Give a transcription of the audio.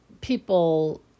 people